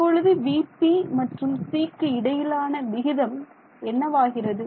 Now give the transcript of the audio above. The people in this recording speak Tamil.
இப்பொழுது vp மற்றும் c க்கு இடையிலான விகிதம் என்னவாகிறது